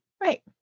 right